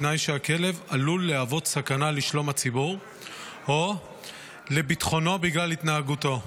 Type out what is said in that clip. בתנאי שהכלב עלול להוות סכנה לשלום הציבור או לביטחונו בגלל התנהגותו,